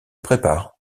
prépare